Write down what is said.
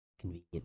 Convenient